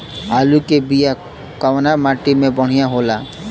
आलू के बिया कवना माटी मे बढ़ियां होला?